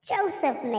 Joseph